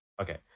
Okay